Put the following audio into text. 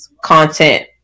content